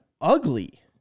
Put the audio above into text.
ugly